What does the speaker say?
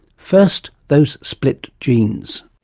first, those split genes.